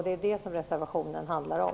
Det är det som reservationen handlar om.